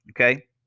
Okay